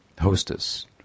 hostess